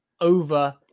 over